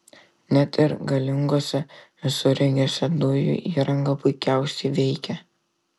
net ir galinguose visureigiuose dujų įranga puikiausiai veikia